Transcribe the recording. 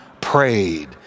prayed